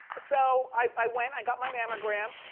so i went, i got my mammogram.